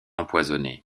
empoisonné